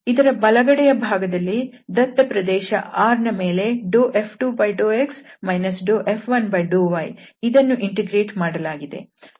ಇದರ ಬಲಗಡೆಯ ಭಾಗದಲ್ಲಿ ದತ್ತ ಪ್ರದೇಶ R ನ ಮೇಲೆ F2∂x F1∂y ಇದನ್ನು ಇಂಟಿಗ್ರೇಟ್ ಮಾಡಲಾಗಿದೆ